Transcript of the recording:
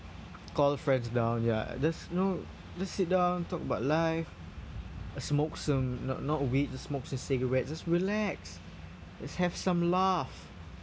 call friends down ya just know just sit down talk about life smoke some not not weed just smoke some cigarette just relax let's have some laugh